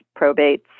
probates